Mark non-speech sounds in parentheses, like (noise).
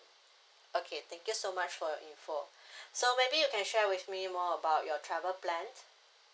okay thank you so much for your info (breath) so maybe you can share with me more about your travel plan